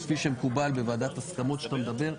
כפי שמקובל בוועדת הסכמות עליה אתה מדבר,